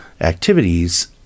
activities